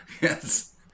Yes